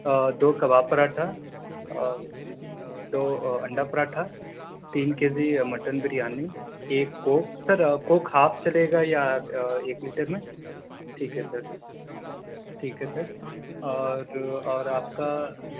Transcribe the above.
دو کباب پراٹھا اور دو انڈا پراٹھا تین کے جی مٹن بریانی ایک کوک سر کوک ہاف چلے گا یا ایک لیٹر میں ٹھیک ہے سر ٹھیک ہے سر اور اور آپ کا